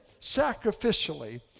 sacrificially